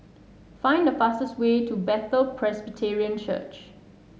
find the fastest way to Bethel Presbyterian Church